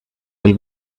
will